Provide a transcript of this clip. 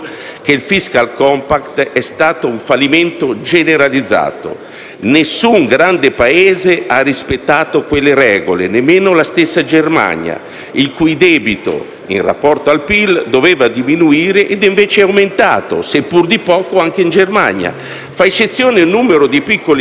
che il *fiscal compact* è stato un fallimento generalizzato. Nessun grande Paese ha rispettato quelle regole, nemmeno la stessa Germania, il cui debito, in rapporto al PIL, doveva diminuire ed invece è aumentato, seppur di poco, anche in Germania. Fa eccezione un certo numero di piccoli